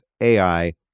AI